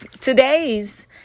today's